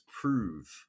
prove